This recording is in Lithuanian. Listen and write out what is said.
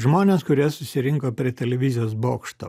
žmonės kurie susirinko prie televizijos bokšto